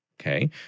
Okay